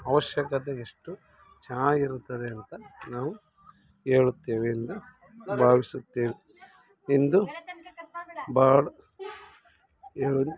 ಅವಶ್ಯಕತೆ ಎಷ್ಟು ಚೆನ್ನಾಗಿರುತ್ತದೆ ಅಂತ ನಾವು ಹೇಳುತ್ತೇವೆಂದು ಭಾವಿಸುತ್ತೇವೆ ಎಂದು ಭಾಳ ಹೇಳಲು